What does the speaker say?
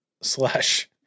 slash